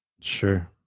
Sure